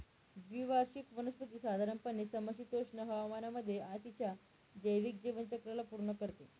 द्विवार्षिक वनस्पती साधारणपणे समशीतोष्ण हवामानामध्ये तिच्या जैविक जीवनचक्राला पूर्ण करते